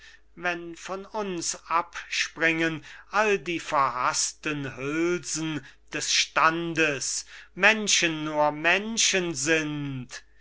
einstürzen wenn von uns abspringen all die verhaßten hülsen des standes menschen nur menschen sind ich